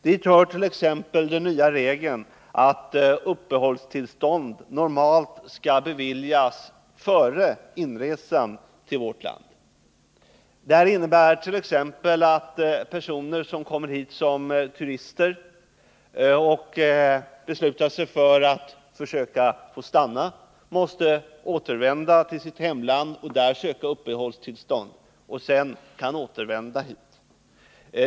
Det gäller t.ex. den nya regeln om att uppehållstillstånd normalt skall beviljas före inresan till vårt land. Personer som kommer hit som turister och som beslutar sig för att stanna-här måste således återvända till sitt hemland för att därifrån ansöka om uppehållstillstånd. Sedan kan de åter resa hit.